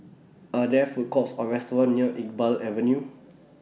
Are There Food Courts Or restaurants near Iqbal Avenue